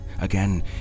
Again